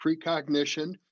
precognition